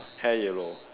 hair yellow